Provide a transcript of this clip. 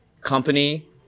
company